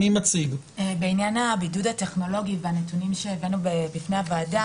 בעניין הבידוד הטכנולוגי והנתונים שהבאנו בפני הוועדה,